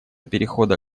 перехода